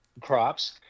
crops